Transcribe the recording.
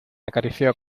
acarició